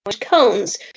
cones